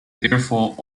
therefore